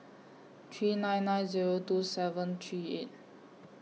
three nine nine Zero two seven three eight